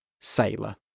sailor